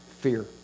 fear